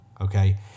okay